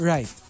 Right